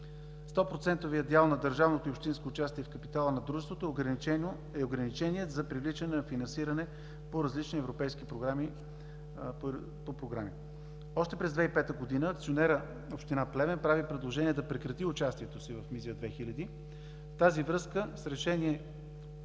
дял на държавното и общинско участие в капитала на дружеството е ограничение за привличане на финансиране по различни европейски програми. Още през 2005 г. акционерът община Плевен прави предложение да прекрати участието си в „Мизия 2000“. В тази връзка с Решение